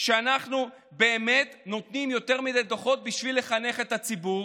שאנחנו באמת נותנים יותר מדי דוחות כדי לחנך את הציבור,